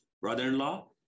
brother-in-law